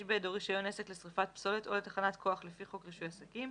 בידו רישיון עסק לשריפת פסולת או לתחנת כוח לפי חוק רישוי עסקים,